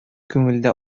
күңелдә